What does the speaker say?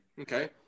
Okay